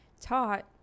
taught